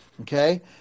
okay